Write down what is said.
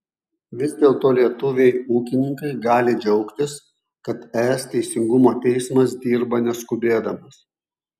vis dėlto lietuviai ūkininkai gali džiaugtis kad es teisingumo teismas dirba neskubėdamas